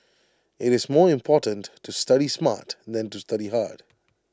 IT is more important to study smart than to study hard